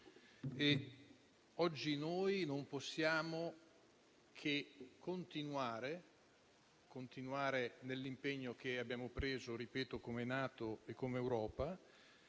Oggi noi non possiamo che continuare nell'impegno che abbiamo preso, lo ripeto, come NATO e come Europa,